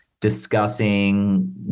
discussing